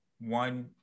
One